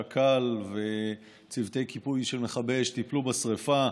קק"ל וצוותי כיבוי של מכבי אש טיפלו בשרפה,